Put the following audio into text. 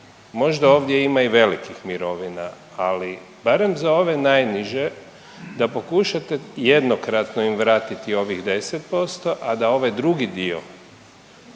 možda ovdje ima i velikih mirovina, ali barem za one najniže da pokušate jednokratno im vratiti ovih 10%, a da ovaj drugi dio